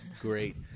Great